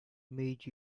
made